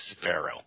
Sparrow